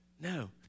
No